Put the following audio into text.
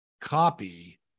copy